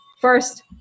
first